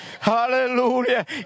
Hallelujah